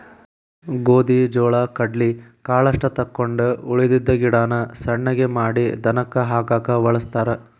ಗೋದಿ ಜೋಳಾ ಕಡ್ಲಿ ಕಾಳಷ್ಟ ತಕ್ಕೊಂಡ ಉಳದಿದ್ದ ಗಿಡಾನ ಸಣ್ಣಗೆ ಮಾಡಿ ದನಕ್ಕ ಹಾಕಾಕ ವಳಸ್ತಾರ